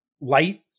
light